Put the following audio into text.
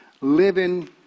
living